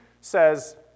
says